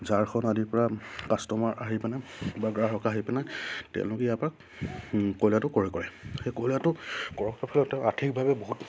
ঝাৰখণ্ড আদিৰপৰা কাষ্টমাৰ আহি পিনে বা গ্ৰাহক আহি পিনে তেওঁলোকে ইয়াৰপৰা কয়লাটো ক্ৰয় কৰে সেই কয়লাটো ক্ৰয় কৰাৰ ফলত তেওঁ আৰ্থিকভাৱে বহুত